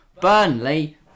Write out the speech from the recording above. Burnley